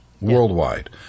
worldwide